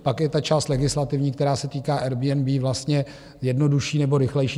Pak je ta část legislativní, která se týká Airbnb, vlastně jednodušší nebo rychlejší.